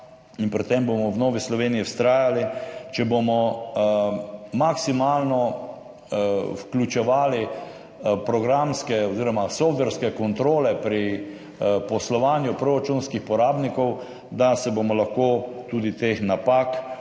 in pri tem bomo v Novi Sloveniji vztrajali – da če bomo maksimalno vključevali programske oziroma softverske kontrole pri poslovanju proračunskih porabnikov, se bomo lahko tem napakam,